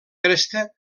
cresta